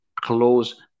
close